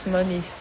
money